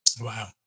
wow